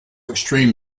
extreme